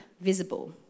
visible